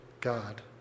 God